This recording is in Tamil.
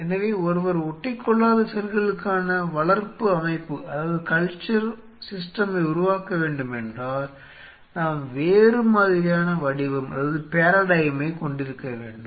எனவே ஒருவர் ஒட்டிக்கொள்ளாத செல்களுக்கான வளர்ப்பு அமைப்பை உருவாக்க வேண்டும் என்றால் நாம் வேறு மாதிரியான வடிவத்தை கொண்டிருக்க வேண்டும்